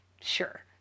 sure